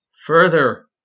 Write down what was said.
further